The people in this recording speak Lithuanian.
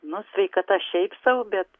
nu sveikata šiaip sau bet